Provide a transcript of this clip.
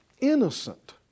innocent